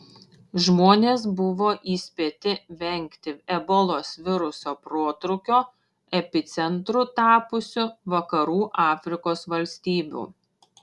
žmonės buvo įspėti vengti ebolos viruso protrūkio epicentru tapusių vakarų afrikos valstybių